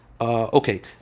Okay